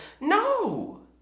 no